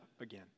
again